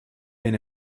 been